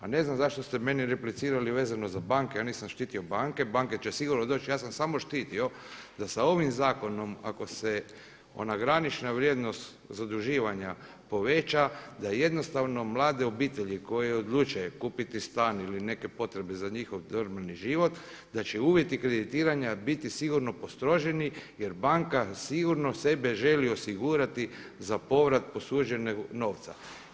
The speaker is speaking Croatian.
A ne znam zašto ste meni replicirali vezano za banke, ja nisam štitio banke, banke će sigurno doći, ja sam samo štitio da sa ovim zakonom ako se ona granična vrijednost zaduživanja poveća da jednostavno mlade obitelji koje odluče kupiti stan ili neke potrebe za njihov normalan život da će uvjeti kreditiranja biti sigurno postroženi jer banka sigurno sebe želi osigurati za povrat posuđenog novca.